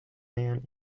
pan